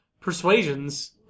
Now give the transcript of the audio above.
persuasions